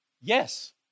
Yes